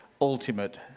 ultimate